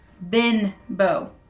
Benbow